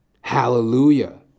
hallelujah